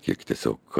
kiek tiesiog